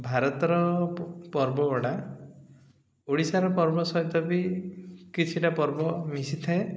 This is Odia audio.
ଭାରତର ପର୍ବଗୁଡ଼ା ଓଡ଼ିଶାର ପର୍ବ ସହିତ ବି କିଛିଟା ପର୍ବ ମିଶିଥାଏ